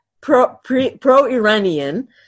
pro-Iranian